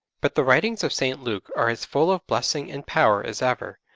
but the writings of st. luke are as full of blessing and power as ever,